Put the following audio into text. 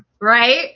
Right